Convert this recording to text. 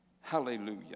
Hallelujah